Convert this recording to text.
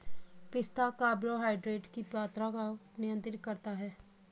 पिस्ता कार्बोहाइड्रेट की मात्रा को नियंत्रित करता है